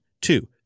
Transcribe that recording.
two